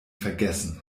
vergessen